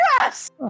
Yes